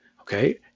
Okay